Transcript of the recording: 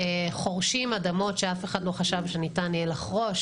חורשים אדמות שאף אחד לא חשב שניתן יהיה לחרוש,